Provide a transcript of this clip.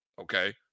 Okay